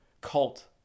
cult